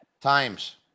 Times